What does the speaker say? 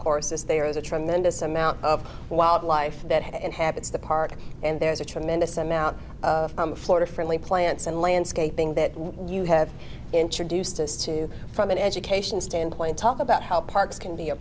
course is there is a tremendous amount of wildlife that habits the park and there's a tremendous amount of floor differently plants and landscaping that you have introduced us to from an educational standpoint talk about how parks can be a